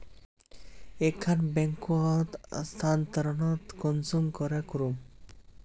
एक खान बैंकोत स्थानंतरण कुंसम करे करूम?